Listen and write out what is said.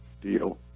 deal